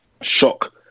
Shock